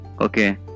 Okay